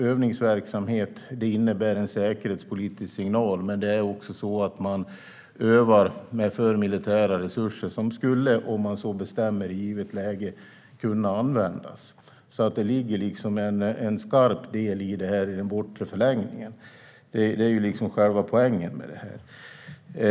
Övningsverksamhet innebär en säkerhetspolitisk signal, men det är också övningar med militära resurser som skulle kunna användas, om man så bestämde, i ett givet läge. Det ligger alltså en skarp del i det här i förlängningen. Det är själva poängen med detta.